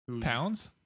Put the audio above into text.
pounds